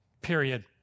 period